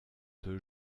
deux